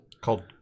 Called